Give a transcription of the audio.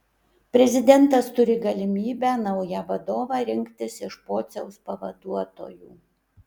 prezidentas turi galimybę naują vadovą rinktis iš pociaus pavaduotojų